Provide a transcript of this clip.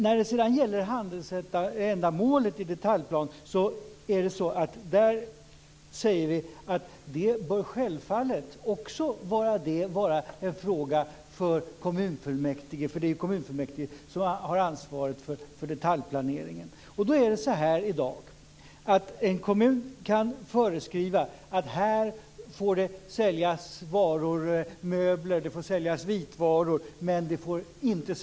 När det sedan gäller handelsändamålet i detaljplan säger vi att också det självfallet bör vara en fråga för kommunfullmäktige, eftersom det är kommunfullmäktige som har ansvar för detaljplaneringen. I dag kan en kommun föreskriva att det på en viss yta får säljas varor som möbler eller vitvaror men inte livsmedel.